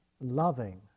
loving